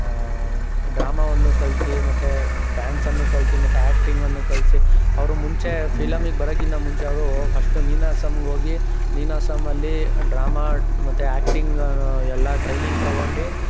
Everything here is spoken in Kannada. ಡ್ರಾಮವನ್ನೂ ಕಲ್ತು ಮತ್ತೆ ಡ್ಯಾನ್ಸನ್ನು ಕಲ್ತು ಮತ್ತೆ ಆ್ಯಕ್ಟಿಂಗನ್ನು ಕಲಿಸಿ ಅವರು ಮುಂಚೆ ಫಿಲಮಿಗೆ ಬರೋಕ್ಕಿಂತ ಮುಂಚೆ ಅವರು ಫಶ್ಟ್ ನೀನಾಸಂಗೋಗಿ ನೀನಾಸಂ ಅಲ್ಲಿ ಡ್ರಾಮ ಮತ್ತೆ ಆ್ಯಕ್ಟಿಂಗ್ ಎಲ್ಲ ಟ್ರೈನಿಂಗ್ ತಗೊಂಡು